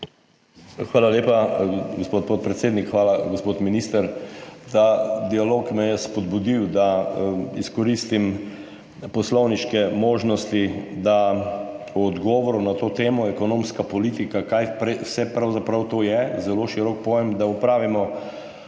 Hvala lepa, gospod podpredsednik. Hvala, gospod minister. Ta dialog me je spodbudil, da izkoristim poslovniške možnosti, da o odgovoru na to temo, ekonomska politika, kaj vse pravzaprav to je, zelo širok pojem, opravimo